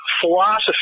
philosophy